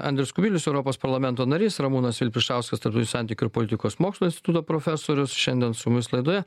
andrius kubilius europos parlamento narys ramūnas vilpišauskas tarptautinių santykių ir politikos mokslų instituto profesorius šiandien su mumis laidoje